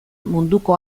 munduko